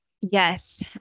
yes